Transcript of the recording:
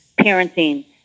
parenting